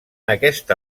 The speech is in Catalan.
aquesta